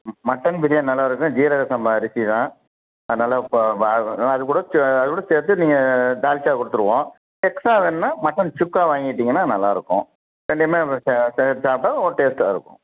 mutton biryani நல்லாருக்கும் ஜீரக சம்பா அரிசி தான் அதனால் இப்போ வ ம் அது கூட சே அது கூட சேர்த்து நீங்கள் தால்சா கொடுத்துருவோம் எக்ஸ்ட்ரா வேணுன்னா மட்டன் சுக்கா வாங்கிட்டீங்கன்னா நல்லாருக்கும் ரெண்டையுமே ச சே சேர்த்து சாப்பிட்டா ஒரு டேஸ்ட்டாக இருக்கும்